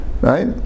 Right